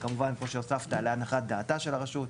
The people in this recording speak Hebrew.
כמובן כמו שהוספת, להנחת דעתה של הרשות.